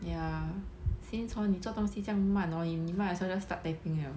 ya since hor 你做东西这样慢 hor 你 might as well start typing liao